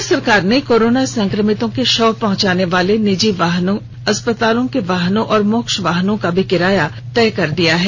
राज्य सरकार ने कोरोना संक्रमितों के शव पहंचाने वाले निजी अस्पतालों के वाहनों और मोक्ष वाहनों का भी किराया तय कर दिया है